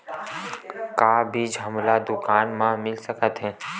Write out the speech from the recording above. का बीज हमला दुकान म मिल सकत हे?